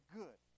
good